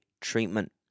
treatment